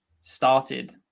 started